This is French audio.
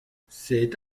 cette